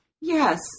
Yes